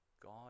God